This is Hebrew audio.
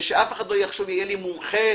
ושאף אחד לא יהיה לי מומחה,